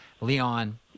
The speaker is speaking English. Leon